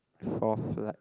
fourth lap